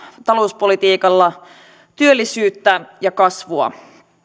talouspolitiikalla työllisyyttä ja kasvua